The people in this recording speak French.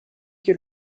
que